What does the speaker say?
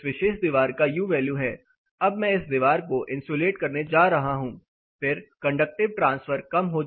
इस विशेष दीवार का U वैल्यू है अब मैं इस दीवार को इन्सुलेट करने जा रहा हूं फिर कंडक्टिव ट्रांसफर कम हो जाएगा